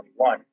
2021